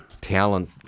talent